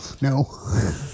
No